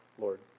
Lord